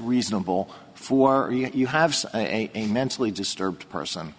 reasonable for you have a mentally disturbed person